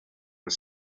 was